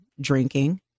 drinking